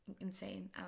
insane